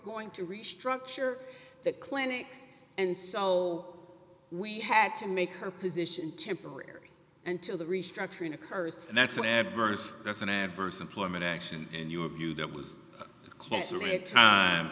going to restructure the clinics and so we had to make her position temporary until the restructuring occurs and that's an adverse that's an adverse employment action and your view that was c